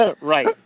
Right